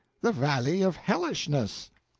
the valley of hellishness.